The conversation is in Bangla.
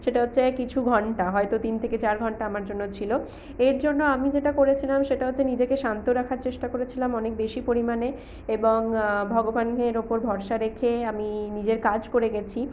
সেটা হচ্ছে কিছু ঘন্টা হয়তো তিন থেকে চার ঘন্টা আমার জন্য ছিল এর জন্য আমি যেটা করেছিলাম সেটা হচ্ছে নিজেকে শান্ত রাখার চেষ্টা করেছিলাম অনেক বেশি পরিমাণে এবং ভগবানের উপর ভরসা রেখে আমি নিজের কাজ করে গেছি